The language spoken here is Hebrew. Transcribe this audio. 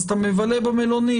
אז אתה מבלה במלונית.